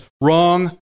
Wrong